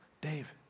Dave